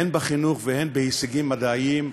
הן בחינוך והן בהישגים מדעיים,